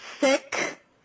Sick